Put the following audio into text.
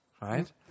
Right